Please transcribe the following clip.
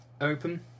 open